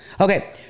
Okay